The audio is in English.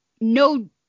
no